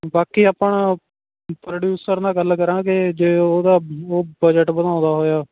ਬਾਕੀ ਆਪਾਂ ਪ੍ਰੋਡਿਊਸਰ ਨਾਲ ਗੱਲ ਕਰਾਂਗੇ ਜੇ ਉਹਦਾ ਉਹ ਬਜਟ ਵਧਾਉਂਦਾ ਹੋਇਆ